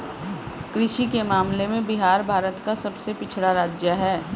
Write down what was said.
कृषि के मामले में बिहार भारत का सबसे पिछड़ा राज्य है